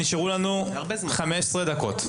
נשארו לנו 15 דקות.